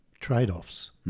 trade-offs